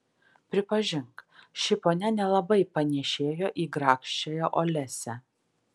pripažink ši ponia nelabai panėšėjo į grakščiąją olesią